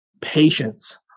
Patience